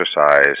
exercise